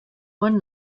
one